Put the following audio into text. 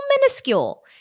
minuscule